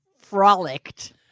frolicked